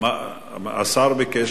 השר ביקש